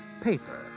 paper